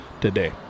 today